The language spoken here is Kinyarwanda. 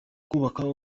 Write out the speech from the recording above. kubaka